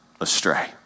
astray